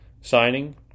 signing